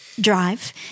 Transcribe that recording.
drive